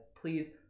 please